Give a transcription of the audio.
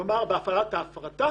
כלומר, בהפעלת ההפרטה